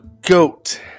goat